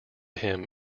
him